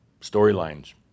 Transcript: Storylines